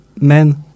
men